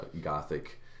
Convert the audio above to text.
gothic